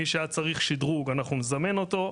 מי שהיה צריך שדרוג אנחנו נזמן אותו,